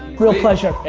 real pleasure.